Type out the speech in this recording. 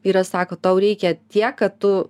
vyras sako tau reikia tiek kad tu